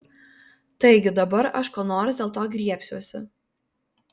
taigi dabar aš ko nors dėl to griebsiuosi